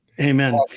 Amen